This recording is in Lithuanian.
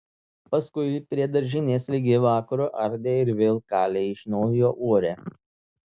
paskui prie daržinės ligi vakaro ardė ir vėl kalė iš naujo uorę